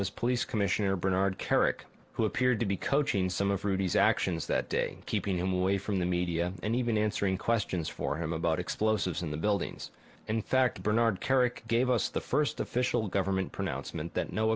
was police commissioner bernard kerik who appeared to be coaching some of ruby's actions that day keeping him away from the media and even answering questions for him about explosives in the buildings in fact bernard kerik gave us the first official government pronouncement that no